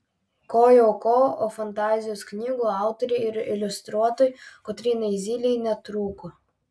ko jau ko o fantazijos knygų autorei ir iliustruotojai kotrynai zylei netrūko